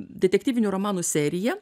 detektyvinių romanų serija